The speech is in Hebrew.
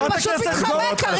אתה רוצה להוציא אותי, תוציא אותי.